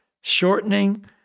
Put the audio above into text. shortening